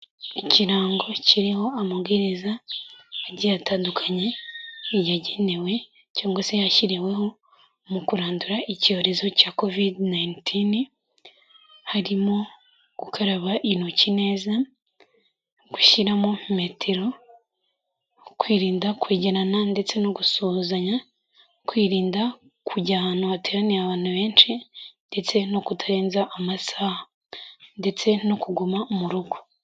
Ikirango kiriho amabwiriza agiye atandukanye yagenewe cyangwa se yashyiriweho mu kurandura icyorezo cya covid-19, harimo gukaraba intoki neza, gushyiramo metero, kwirinda kwegerana ndetse no gusuzanya, kwirinda kujya ahantu hateraniye abantu benshi ndetse no kutarenza amasaha ndetse no kuguma mu rugo.